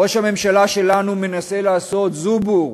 ראש הממשלה שלנו מנסה לעשות זובור,